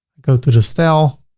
go to the style.